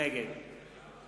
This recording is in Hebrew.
נגד